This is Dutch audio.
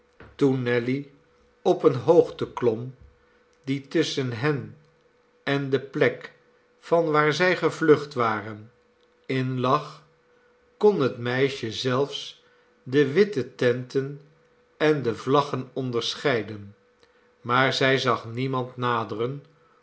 toen nelly op eene hoogte klom die tusschen hen en de plek van waar zij gevlucht waren inlag kon het meisje zelfs de witte tenten en de vlaggen onderscheiden maar zij zag niemand naderen